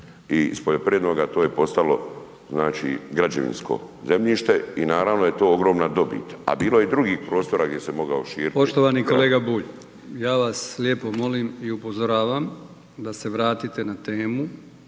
i s poljoprivrednoga to je postalo znači građevinsko zemljište i naravno da je to ogromna dobit, a bilo je i drugih posao gdje se mogao širiti. **Brkić, Milijan (HDZ)** Poštovani kolega Bulj, ja vas lijepo molim i upozoravam da se vratite na temu,